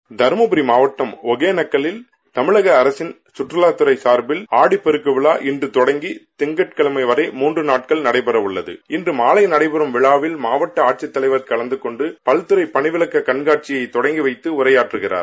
வினாடிகள் கருமபுரி மாவட்டம் ஒகேனெக்கல்லில் தமிழக ஆசின் கற்றவாத்துறை சார்பில் ஆடிப்பெருக்க விழா இன்று தொடங்கி வரும் கிங்கட்கிழமை வரை நடைபெறவுள்ளது இன்றமாலை நடைபெறம் விழாவில் மாவட்ட ஆட்சித் தலைவர் கவந்து கொண்டு பல்துறை பணிவிளக்க கண்காட்சியை கொடங்கி வைத்து உரையாற்றுகிறார்